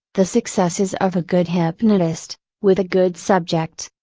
the successes of a good hypnotist, with a good subject.